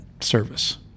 service